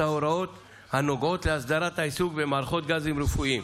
ההוראות הנוגעות להסדרת העיסוק במערכות גזים רפואיים.